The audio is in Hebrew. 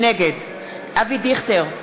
נגד אבי דיכטר,